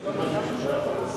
שאני לא יכול לשאת,